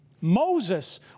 Moses